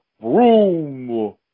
broom